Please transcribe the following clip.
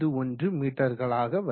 51 மீட்டர்களாக வரும்